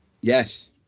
Yes